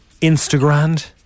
instagram